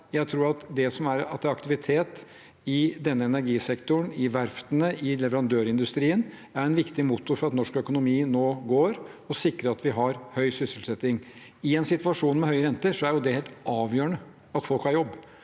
det er aktivitet i energisektoren, i verftene og i leverandørindustrien, er en viktig motor for at norsk økonomi nå går, og det sikrer at vi har høy sysselsetting. I en situasjon med høye renter er det helt avgjørende at folk har jobb.